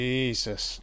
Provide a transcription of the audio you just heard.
Jesus